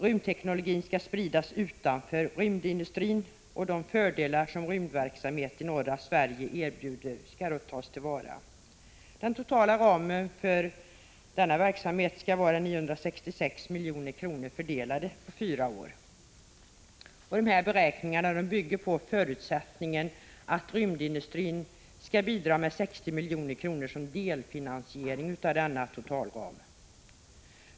Rymdteknologi skall spridas utanför rymdindustrin. De fördelar som rymdverksamhet i norra Sverige erbjuder skall tas till vara. Den totala ramen för verksamheten skall vara 966 milj.kr. fördelade på fyra år. Beräkningarna bygger på förutsättningen att rymdindustrin skall bidra med 60 milj.kr. som delfinansiering av denna totalram.